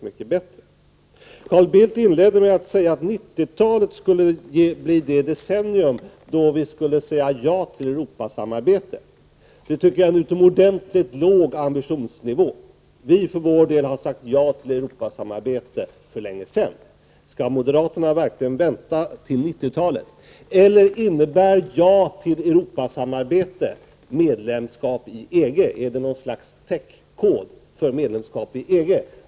Carl Bildt inledde med att säga att 1990-talet skulle bli det decennium då vi skulle säga ja till Europasamarbete. Det tycker jag är en utomordentligt låg ambitionsnivå. Vi för vår del har sagt ja till Europasamarbete för länge sedan. Skall moderaterna verkligen vänta till 1990-talet? Eller innebär ”ja till Europasamarbete” medlemskap i EG? Är ”ja till Europasamarbete” något slags kod eller täckord för medlemskap i EG?